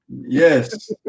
Yes